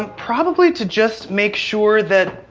and probably to just make sure that